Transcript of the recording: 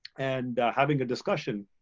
and having a discussion